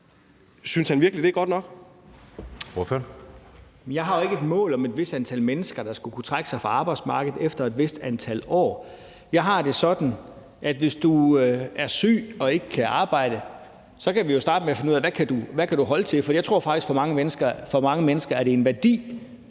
Pape Poulsen (KF): Jeg har jo ikke et mål om, at et vist antal mennesker skulle kunne trække sig fra arbejdsmarkedet efter et vist antal år. Jeg har det sådan, at hvis du er syg og ikke kan arbejde, kan vi jo starte med at finde ud af, hvad du kan holde til. For jeg tror faktisk, at for mange mennesker er det en værdi